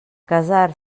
casar